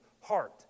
heart